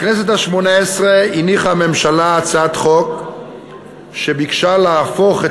בכנסת השמונה-עשרה הניחה הממשלה הצעת חוק שביקשה להפוך את